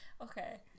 okay